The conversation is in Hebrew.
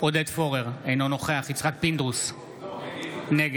עודד פורר, אינו נוכח יצחק פינדרוס, נגד